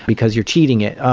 because you're cheating it.